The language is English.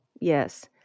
yes